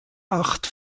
acht